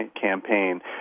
campaign